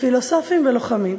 לפילוסופים וללוחמים: